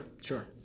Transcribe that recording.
sure